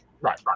right